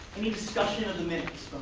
any discussion of the minutes